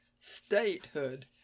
statehood